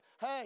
Hey